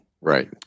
right